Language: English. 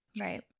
Right